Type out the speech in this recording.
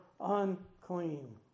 unclean